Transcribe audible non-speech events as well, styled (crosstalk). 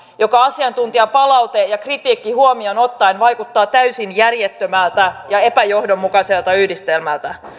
joka asiantuntijapalaute ja kritiikki huomioon ottaen vaikuttaa täysin järjettömältä ja epäjohdonmukaiselta yhdistelmältä (unintelligible)